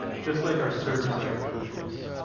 just like our server-side code was.